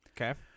okay